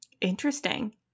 interesting